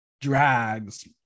drags